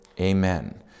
amen